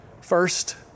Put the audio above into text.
First